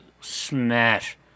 smash